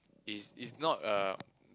is is not a